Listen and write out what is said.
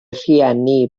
rieni